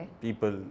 people